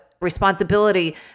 responsibility